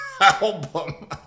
album